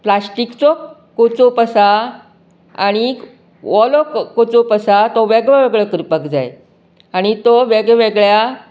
प्लास्टीकचो कोचोप आसा आनीक वोलो कोचोप आसा तो वेगळो वेगळो करपाक जाय आनी तो वेगळ्या वेगळ्या